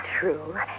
true